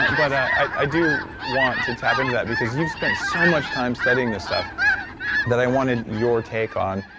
but i i do want to tap into that because you've spent so much time studying this stuff that i wanted your take on,